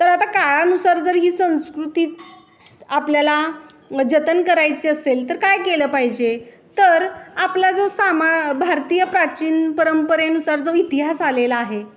तर आता काळानुसार जर ही संस्कृती आपल्याला जतन करायचे असेल तर काय केलं पाहिजे तर आपला जो सामा भारतीय प्राचीन परंपरेनुसार जो इतिहास आलेला आहे